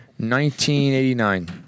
1989